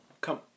Come